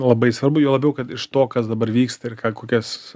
labai svarbu juo labiau kad iš to kas dabar vyksta ir ką kokias